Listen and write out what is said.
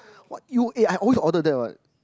what you eh I always order that [what]